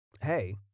Hey